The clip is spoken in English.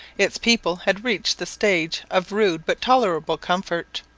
its people had reached the stage of rude but tolerable comfort.